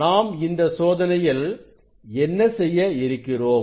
நாம் இந்த சோதனையில் என்ன செய்ய இருக்கிறோம்